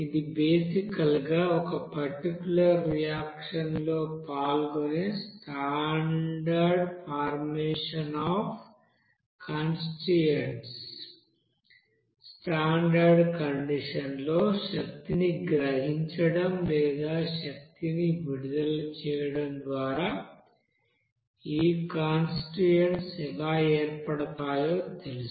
ఇది బేసికల్ గా ఒక పర్టిక్యూలర్ రియాక్షన్ లో పాల్గొనే standard formation of constituents standard condition లో శక్తిని గ్రహించడం లేదా శక్తిని విడుదల చేయడం ద్వారా ఈ కాన్స్టిట్యూయెంట్స్ఎలా ఏర్పడతాయో తెలుసు